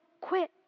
quit